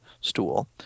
stool